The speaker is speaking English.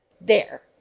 There